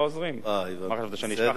אתה רוצה שאני אשכח את העוזרים שלי?